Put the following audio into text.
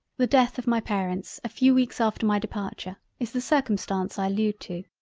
the death of my parents a few weeks after my departure, is the circumstance i allude to.